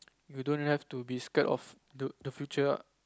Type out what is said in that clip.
you don't have to be scared of the the future ah